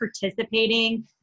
participating